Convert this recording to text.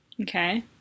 Okay